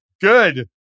Good